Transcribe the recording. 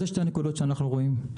אלו שתי הנקודות שאנחנו רואים.